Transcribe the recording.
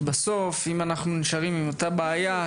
לא עשינו כלום אם בסוף אנחנו נשארים עם אותה בעיה,